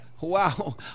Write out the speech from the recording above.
Wow